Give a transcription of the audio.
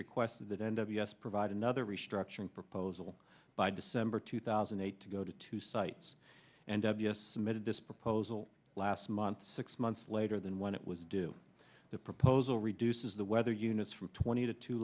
requested that n w s provide another restructuring proposal by december two thousand and eight to go to two sites and ws submitted this proposal last month six months later than when it was due the proposal reduces the weather units from twenty to two